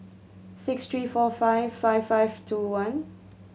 six three four five five five two one